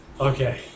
Okay